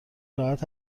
راحت